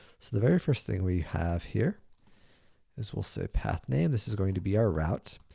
so the very first thing we have here is we'll say path name. this is going to be our route.